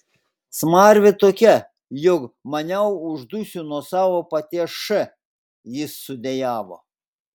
smarvė tokia jog maniau uždusiu nuo savo paties š jis sudejavo